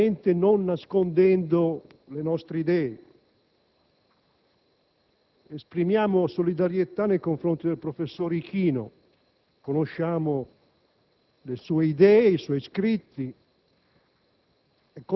Il nostro Gruppo esprime anche sincera solidarietà alle società, ai giornali, alle persone e agli uominipolitici minacciati